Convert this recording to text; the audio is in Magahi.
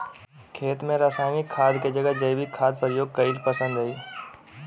खेत में रासायनिक खाद के जगह जैविक खाद प्रयोग कईल पसंद हई